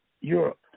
Europe